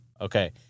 Okay